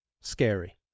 scary